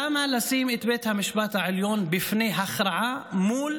למה לשים את בית המשפט העליון בפני הכרעה מול